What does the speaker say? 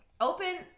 Open